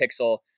pixel